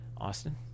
Austin